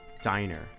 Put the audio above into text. diner